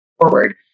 forward